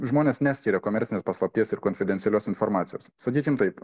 žmonės neskiria komercinės paslapties ir konfidencialios informacijos sakykim taip